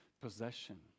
possession